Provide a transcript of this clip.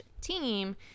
team